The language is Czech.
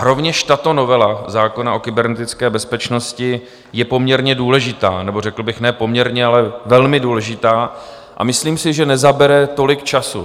Rovněž tato novela zákona o kybernetické bezpečnosti je poměrně důležitá, nebo řekl bych ne poměrně, ale velmi důležitá, a myslím si, že nezabere tolik času.